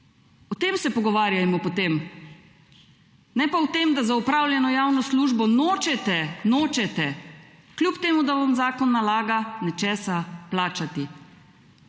O tem se pogovarjajmo potem, ne pa o tem, da za opravljeno javno službo nočete, nočete, kljub temu, da vam zakon nalaga, nečesa plačati.